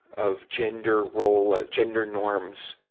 of gender role, gender norms,